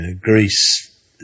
Greece